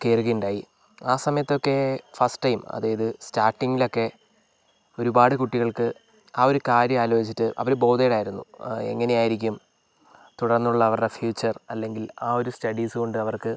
കയറുക ഉണ്ടായി ആ സമയത്തൊക്കെ ഫസ്റ്റ് ടൈം അതായത് സ്റ്റാർട്ടിങ്ങിൽ ഒക്കെ ഒരുപാട് കുട്ടികൾക്ക് ആ ഒരു കാര്യം ആലോചിച്ചിട്ട് അവർ ബോതേഡ് ആയിരുന്നു ആ എങ്ങനെയായിരിക്കും തുടർന്നുള്ള അവരുടെ ഫ്യൂച്ചർ അല്ലെങ്കിൽ ആ ഒരു സ്റ്റഡീസ് കൊണ്ട് അവർക്ക്